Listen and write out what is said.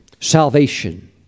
salvation